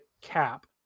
cap